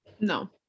No